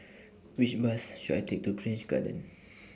Which Bus should I Take to Grange Garden